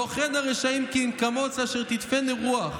לא כן הרשעים כי אם כמֹּץ אשר תדפנו רוח.